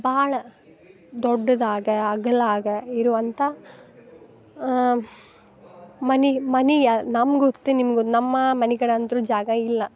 ಭಾಳ ದೊಡ್ಡದಾಗೆ ಅಗ್ಲವಾಗೆ ಇರುವಂಥ ಮನೆ ಮನಿಯ ನಮಗೂ ಅಷ್ಟೆ ನಿಮಗೂ ನಮ್ಮ ಮನೆಗಳಂತ್ರು ಜಾಗ ಇಲ್ಲ